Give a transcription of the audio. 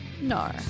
No